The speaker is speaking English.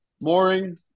Mooring